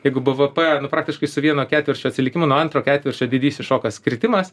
jeigu bvp praktiškai su vieno ketvirčio atsilikimu nuo antro ketvirčio didysis šokas kritimas